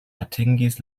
atingis